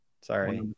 Sorry